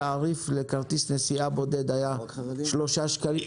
התעריף לכרטיס נסיעה בודד היה 3 שקלים,